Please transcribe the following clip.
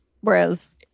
whereas